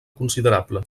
considerable